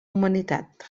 humanitat